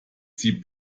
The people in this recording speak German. sie